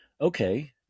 Okay